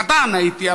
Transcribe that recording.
קטן הייתי,